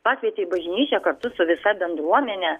pakvietė į bažnyčią kartu su visa bendruomene